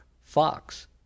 fox